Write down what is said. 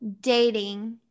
dating